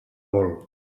molt